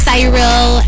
Cyril